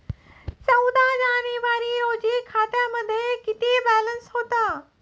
चौदा जानेवारी रोजी खात्यामध्ये किती बॅलन्स होता?